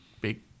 big